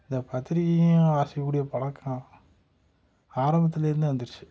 இந்த பத்திரிகையையும் வாசிக்கக்கூடிய பழக்கம் ஆரம்பத்துலேருந்து வந்துடுச்சி